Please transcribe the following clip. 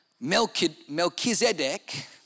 Melchizedek